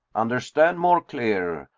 understand more clear,